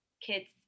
kids